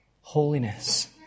holiness